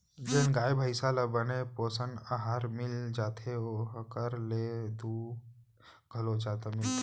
जेन गाय भईंस ल बने पोषन अहार मिल जाथे ओकर ले दूद घलौ जादा मिलथे